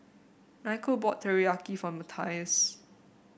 Niko bought Teriyaki for Matthias